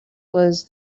was